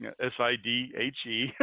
S-I-D-H-E